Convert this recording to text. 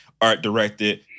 art-directed